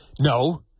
no